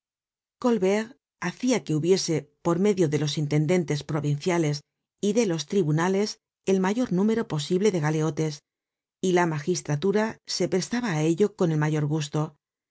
colbert hacia que hubiese por medio de los intendentes provinciales y de los tribunales el mayor número posible de galeotes y la magistratura se prestaba á ello con el mayor gusto